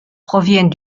proviennent